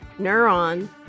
neuron